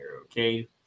okay